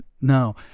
No